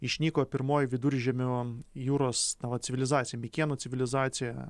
išnyko pirmoji viduržemio jūros civilizacija mikėnų civilizacija